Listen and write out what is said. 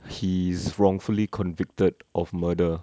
he is wrongfully convicted of murder